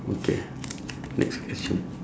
okay next question